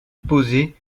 poser